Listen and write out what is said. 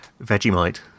Vegemite